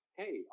hey